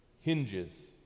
hinges